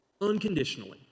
unconditionally